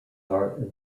are